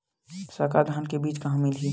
संकर धान के बीज कहां मिलही?